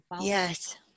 Yes